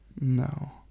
No